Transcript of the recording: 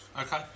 okay